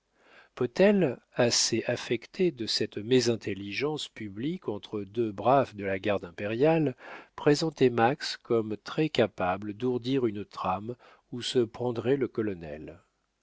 potel assez affecté de cette mésintelligence publique entre deux braves de la garde impériale présentait max comme très-capable d'ourdir une trame où se prendrait le colonel